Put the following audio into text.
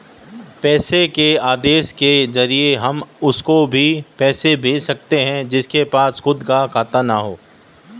पैसे के आदेश के जरिए हम उसको भी पैसे भेज सकते है जिसके पास खुद का खाता ना हो